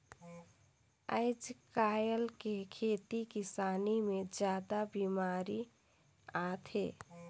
आयज कायल के खेती किसानी मे जादा बिमारी आत हे